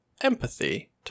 empathy